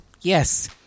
yes